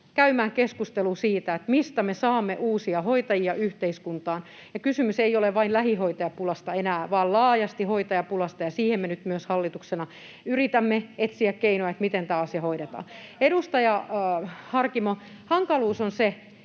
käymään keskustelua siitä, mistä me saamme uusia hoitajia yhteiskuntaan, ja kysymys ei ole enää vain lähihoitajapulasta vaan laajasti hoitajapulasta, ja siihen me nyt myös hallituksena yritämme etsiä keinoja, miten tämä asia hoidetaan. [Sari Sarkomaan